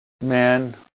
man